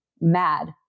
mad